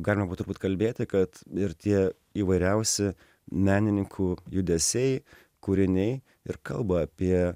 galima būt turbūt kalbėti kad ir tie įvairiausi menininkų judesiai kūriniai ir kalba apie